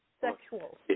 sexual